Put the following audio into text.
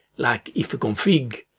like ifconfig,